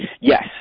Yes